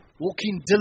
walking